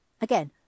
Again